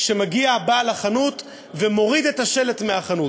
כשמגיע בעל החנות ומוריד את השלט ממנה.